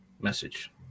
message